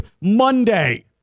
Monday